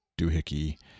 doohickey